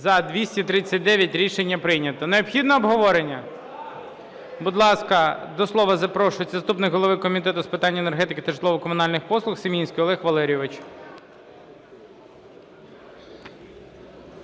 За-239 Рішення прийнято. Необхідне обговорення? Будь ласка, до слова запрошується заступник голови Комітету з питань енергетики та житлово-комунальних послуг Семінський Олег Валерійович.